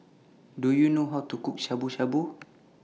Do YOU know How to Cook Shabu Shabu